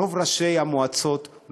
רוב ראשי המועצות,